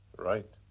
right!